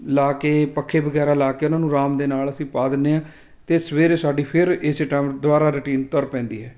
ਲਾ ਕੇ ਪੱਖੇ ਵਗੈਰਾ ਲਾ ਕੇ ਉਹਨਾਂ ਨੂੰ ਆਰਾਮ ਦੇ ਨਾਲ ਅਸੀਂ ਪਾ ਦਿੰਦੇ ਹਾਂ ਅਤੇ ਸਵੇਰੇ ਸਾਡੀ ਫਿਰ ਇਸੇ ਟੈਮ ਦੁਆਰਾ ਰੂਟੀਨ ਤੁਰ ਪੈਂਦੀ ਹੈ